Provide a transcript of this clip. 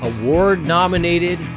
award-nominated